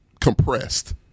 compressed